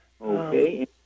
Okay